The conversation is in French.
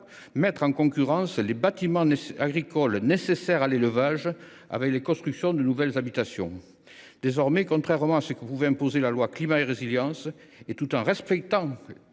mettre en concurrence les bâtiments agricoles nécessaires à l’élevage avec la construction de nouvelles habitations. Désormais, contrairement à ce que voulait imposer la loi Climat et Résilience, et tout en respectant